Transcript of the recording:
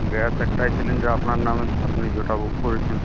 gas একটাই cylinder আপনার নামে আপনি যটা বুক করেছেন